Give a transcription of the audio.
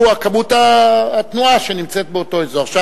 הוא כמות התנועה באותו אזור.